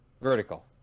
vertical